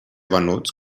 venuts